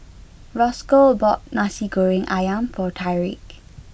Roscoe bought Nasi Goreng Ayam for Tyrique